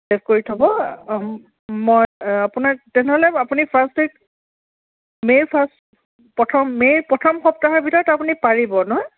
save কৰি থ'ব মই আপোনাক তেনেহ'লে আপুনি ফাৰ্ষ্ট উইক মে'ৰ ফাৰ্ষ্ট প্ৰথম মে'ৰ প্ৰথম সপ্তাহৰ ভিতৰত আপুনি পাৰিব নহয়